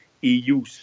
EU